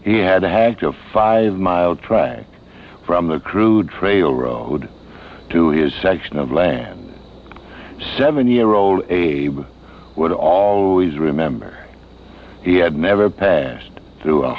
he had to hack a five mile track from the crude trail road to his section of land a seven year old a would always remember he had never passed through a